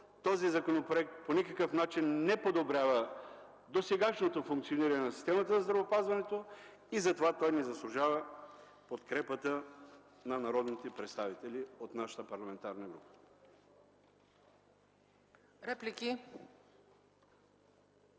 Този законопроект по никакъв начин не подобрява досегашното функциониране на системата на здравеопазването и затова той не заслужава подкрепата на народните представители от нашата парламентарна група.